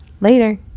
Later